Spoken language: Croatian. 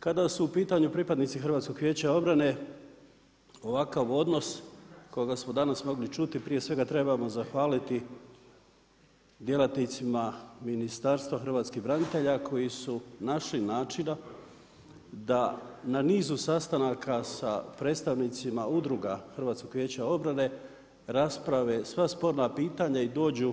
Kada su u pitanju pripadnici HVO-a ovakav odnos kojega smo danas mogli čuti, prije svega trebamo zahvaliti djelatnicima Ministarstva hrvatskih branitelja koji su našli načina da na nizu sastanaka sa predstavnicima udruga HVO-a rasprave sva sporna pitanja i dođu